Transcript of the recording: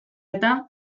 eta